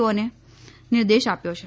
ઓને નિર્દેશ આપ્યો છે